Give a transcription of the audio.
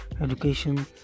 education